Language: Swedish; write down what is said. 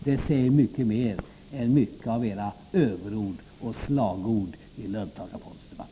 Det säger mycket mer än era överord och slagord i löntagarfondsdebatten.